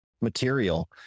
material